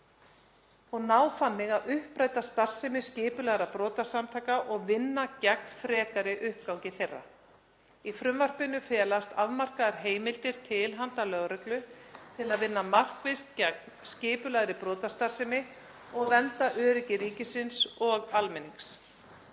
og ná þannig að uppræta starfsemi skipulagðra brotasamtaka og vinna gegn frekari uppgangi þeirra. Í frumvarpinu felast afmarkaðar heimildir til handa lögreglu til að vinna markvisst gegn skipulagðri brotastarfsemi og vernda öryggi ríkisins og almennings.